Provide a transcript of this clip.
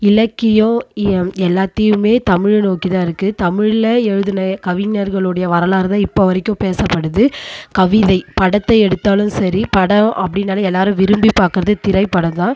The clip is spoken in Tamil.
இலக்கியம் எல்லாத்தையும் தமிழை நோக்கிதான் இருக்குது தமிழில் எழுதுன கவிஞர்களுடைய வரலாறுதான் இப்போ வரைக்கும் பேசப்படுது கவிதை படத்தை எடுத்தாலும் சரி படம் அப்படினாலே எல்லோரும் விரும்பி பாக்கிறது திரைப்படந்தான்